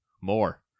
more